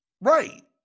Right